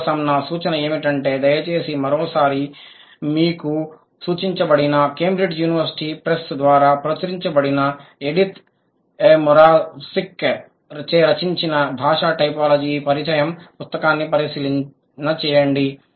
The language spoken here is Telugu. మీ కోసం నా సూచన ఏమిటంటే దయచేసి మరో సారి మీకు సూచించబడిన కేంబ్రిడ్జ్ యూనివర్శిటీ ప్రెస్ ద్వారా ప్రచురించబడిన ఎడిత్ ఎ మోరావ్సిక్ చే రచించిన భాషా టైపోలాజీ పరిచయం పుస్తకాన్ని పరిశీలన చేయండి